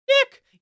Nick